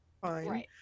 fine